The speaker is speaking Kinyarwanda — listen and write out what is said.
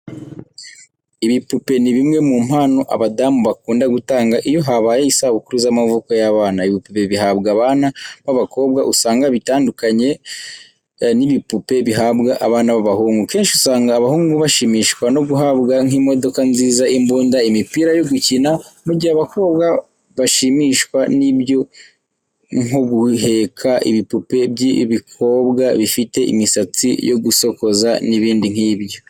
Ibipupe ni bimwe mu mpano abadamu bakunda gutanga iyo habaye isabukuru z'amavuko y'abana. Ibipupe bihabwa abana b'abakobwa, usanga bitandukanye n'ibipupe bihabwa abana b'abahungu. Kenshi usanga abahungu bashimishwa no guhabwa nk'imodokanziza, imbunda, imipira yo gukina, mu gihe abakobwa bashimishwa n'ibyo nko guheka, ibipupe by'ibikobwa bifite imisatsi yo gusokoza n'ibindi nk'ibyo.